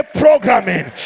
programming